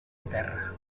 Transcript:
terra